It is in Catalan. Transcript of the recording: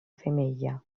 femella